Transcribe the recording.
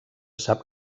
sap